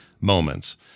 moments